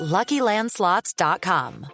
LuckyLandslots.com